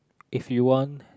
if you won